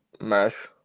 Mesh